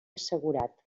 assegurat